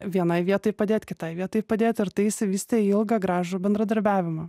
vienoj vietoj padėt kitoj vietoj padėt ir tai išsivystė į ilgą gražų bendradarbiavimą